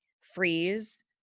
freeze